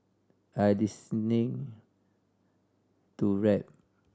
I listening to rap